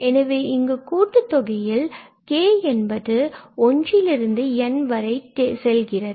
எனவே இங்கு கூட்டுத்தொகையில் k என்பது k equals to 1லிருந்து n வரை செல்கிறது